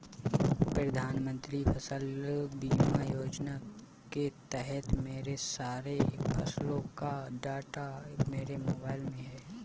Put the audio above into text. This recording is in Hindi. प्रधानमंत्री फसल बीमा योजना के तहत मेरे सारे फसलों का डाटा मेरे मोबाइल में है